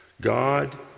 God